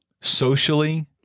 socially